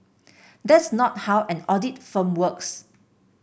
that's not how an audit firm works